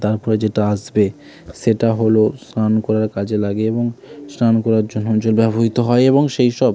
তার পরে যেটা আসবে সেটা হলো স্নান করার কাজে লাগে এবং স্নান করার যে ব্যবহৃত হয় এবং সেই সব